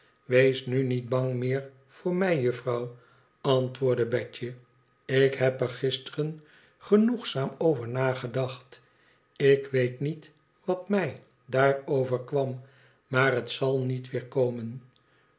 wees nu niet bang meer voor mij juffrouw antwoordde betje i ik heb er gisteren genoegzaam over nagedacht ik weet niet wat mij daar overkwam maar het zal niet weer komen